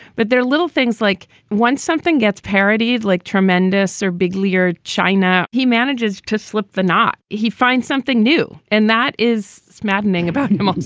but they're little things like once something gets parodies like tremendous or big lere china, he manages to slip the knot, he finds something new. and that is so maddening about him. um